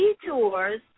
detours